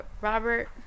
Robert